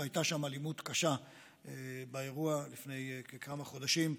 והייתה שם אלימות קשה באירוע לפני כמה חודשים.